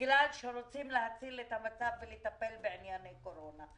בגלל שרוצים להציל את המצב ולטפל בענייני קורונה.